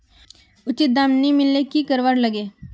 उचित दाम नि मिलले की करवार लगे?